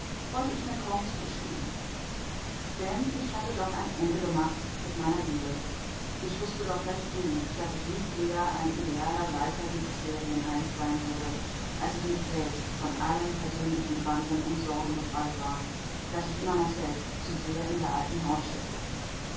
wollte ich mir kaum zugestehen denn ich hatte doch ein ende gemacht mit meiner liebe ich wußte doch recht gut daß ich nicht eher ein idealer leiter dieses ferienheims sein würde als ich nicht selbst von allen persönlichen banden und sorgen befreit war daß ich immer noch selbst zu sehr in der alten haut steckte